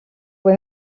when